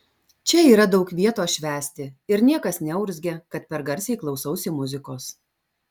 čia yra daug vietos švęsti ir niekas neurzgia kad per garsiai klausausi muzikos